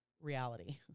reality